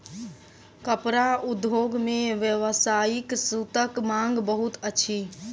कपड़ा उद्योग मे व्यावसायिक सूतक मांग बहुत अछि